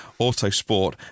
Autosport